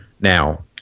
Now